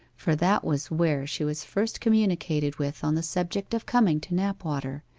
for that was where she was first communicated with on the subject of coming to knapwater,